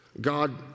God